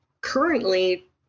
currently